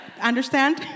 Understand